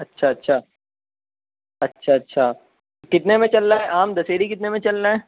اچّھا اچّھا اچّھا اچّھا كتنے ميں چل رہا ہے آم دشہری کتنے میں چل رہا ہے